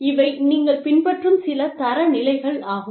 இவை நீங்கள் பின்பற்றும் சில தரநிலைகள் ஆகும்